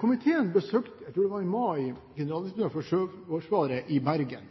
Komiteen besøkte – jeg tror det var i mai – Generalinspektøren for Sjøforsvaret i Bergen.